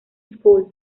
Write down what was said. school